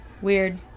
Weird